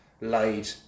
laid